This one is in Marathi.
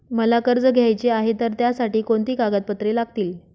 मला कर्ज घ्यायचे आहे तर त्यासाठी कोणती कागदपत्रे लागतील?